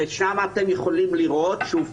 פה אתם יכולים לראות שוב